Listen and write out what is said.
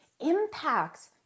impacts